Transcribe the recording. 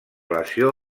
lesió